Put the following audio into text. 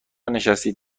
نشستید